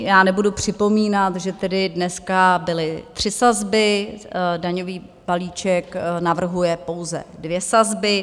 Já nebudu připomínat, že dneska byly tři sazby, daňový balíček navrhuje pouze dvě sazby.